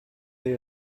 they